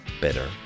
better